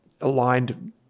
aligned